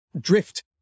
drift